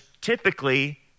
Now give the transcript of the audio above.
typically